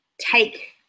take